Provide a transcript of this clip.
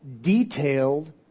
detailed